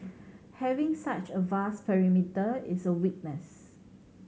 having such a vast perimeter is a weakness